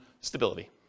stability